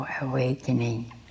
awakening